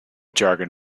jargon